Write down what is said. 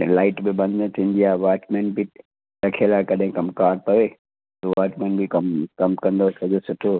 कॾहिं लाइट बि बंदि न थींदी आहे वाचमैन बि रखियलु आहे कॾहिं कमु कारु पए थो वाचमैन बि कमु कमु कंदो सॼो सुठो